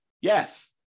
Yes